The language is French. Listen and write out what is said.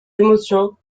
émotions